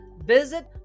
Visit